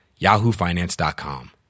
yahoofinance.com